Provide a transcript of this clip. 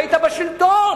היית בשלטון,